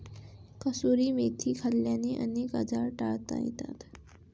कसुरी मेथी खाल्ल्याने अनेक आजार टाळता येतात